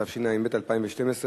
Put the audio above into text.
התשע"ב 2012,